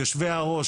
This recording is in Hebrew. יושבי-הראש,